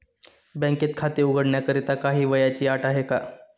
बँकेत खाते उघडण्याकरिता काही वयाची अट आहे का?